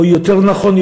או יותר נכון,